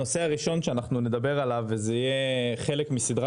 הנושא הראשון שנדבר עליו וזה יהיה חלק מסדרת